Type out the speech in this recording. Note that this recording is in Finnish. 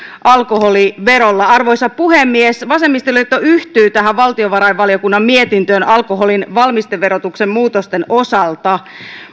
alkoholiverolla arvoisa puhemies vasemmistoliitto yhtyy tähän valtionvarainvaliokunnan mietintöön alkoholin valmisteverotuksen muutosten osalta